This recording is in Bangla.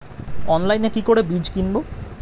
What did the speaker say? অনলাইনে কি করে বীজ কিনব?